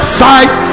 side